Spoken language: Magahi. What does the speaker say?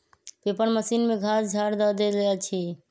पेपर मशीन में घास झाड़ ध देल जाइ छइ